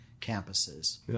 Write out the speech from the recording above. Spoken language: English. campuses